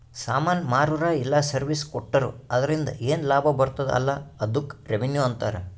ಸಾಮಾನ್ ಮಾರುರ ಇಲ್ಲ ಸರ್ವೀಸ್ ಕೊಟ್ಟೂರು ಅದುರಿಂದ ಏನ್ ಲಾಭ ಬರ್ತುದ ಅಲಾ ಅದ್ದುಕ್ ರೆವೆನ್ಯೂ ಅಂತಾರ